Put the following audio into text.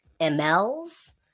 ML's